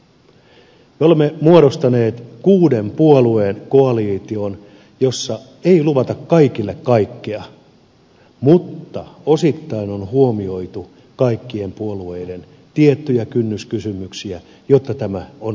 me olemme muodostaneet kuuden puolueen koalition jossa ei luvata kaikille kaikkea mutta osittain on huomioitu kaikkien puolueiden tiettyjä kynnyskysymyksiä jotta tämä on aikaansaatu